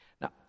Now